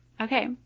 Okay